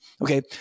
Okay